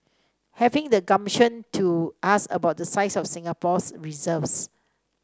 having the gumption to ask about the size of Singapore's reserves